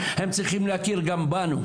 הם צריכים להכיר גם בנו.